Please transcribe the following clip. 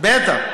בטח.